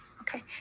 okay